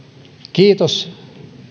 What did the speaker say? kiitos